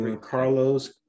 carlos